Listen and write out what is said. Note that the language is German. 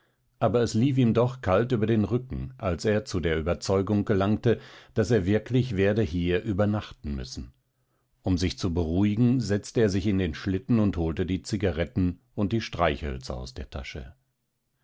aber es lief ihm doch kalt über den rücken als er zu der überzeugung gelangte daß er wirklich werde hier übernachten müssen um sich zu beruhigen setzte er sich in den schlitten und holte die zigaretten und die streichhölzer aus der tasche